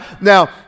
now